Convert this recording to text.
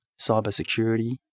cybersecurity